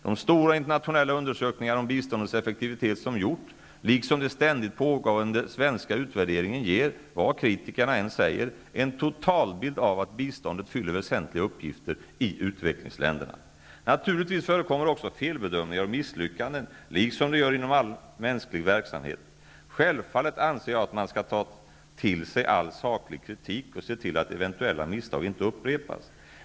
De stora internationella undersökningar om biståndets effektivitet som gjorts liksom de ständigt pågående svenska utvärderingarna ger, vad kritikerna än säger, en totalbild av att biståndet fyller väsentliga funktioner i utvecklingsländerna. Naturligtvis förekommer också felbedömningar och misslyckanden -- liksom det gör inom alla mänskliga verksamhetsområden. Självfallet anser jag att man skall ta till sig all saklig kritik och se till att eventuella misstag inte upprepas.